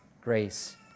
Grace